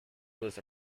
was